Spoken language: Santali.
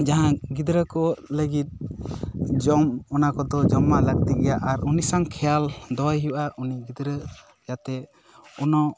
ᱡᱟᱦᱟᱸ ᱜᱤᱫᱽᱨᱟᱹ ᱠᱚ ᱞᱟᱹᱜᱤᱫ ᱡᱚᱢ ᱚᱱᱟ ᱠᱚᱫᱚ ᱡᱚᱢᱟᱜ ᱞᱟᱹᱠᱛᱤ ᱜᱮᱭᱟ ᱟᱨ ᱩᱱᱤ ᱥᱟᱶ ᱠᱷᱮᱭᱟᱞ ᱫᱚᱦᱚᱭ ᱦᱩᱭᱩᱜᱼᱟ ᱩᱱᱤ ᱜᱤᱫᱽᱨᱟᱹ ᱡᱟᱛᱮ ᱠᱳᱱᱳ